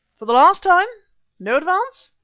for the last time no advance?